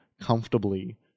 comfortably